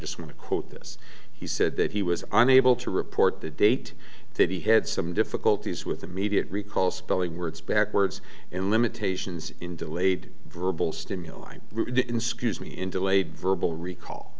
just want to quote this he said that he was unable to report the date that he had some difficulties with immediate recall spelling words backwards and limitations in delayed verbal stimuli in scuse me in delayed verbal recall